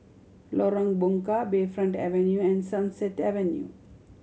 Lorong Bunga Bayfront Avenue and Sunset Avenue